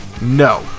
no